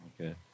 Okay